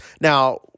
Now